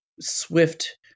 swift